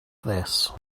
this